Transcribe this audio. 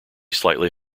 slightly